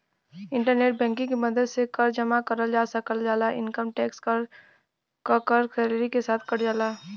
internet banking के मदद से कर जमा करल जा सकल जाला इनकम टैक्स क कर सैलरी के साथ कट जाला